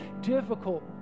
difficult